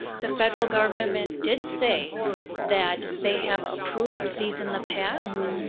the federal government did say that they have approved these in the past,